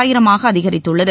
ஆயிரமாகஅதிகரித்துள்ளது